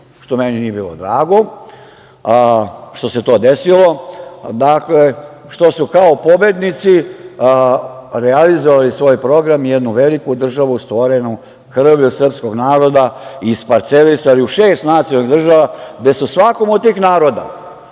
što meni nije bilo drago što se to desilo, što su kao pobednici realizovali svoj program i jednu veliku državu stvorenu krvlju srpskog naroda isparcelisali u šest nacionalnih država, gde su svakom od tih naroda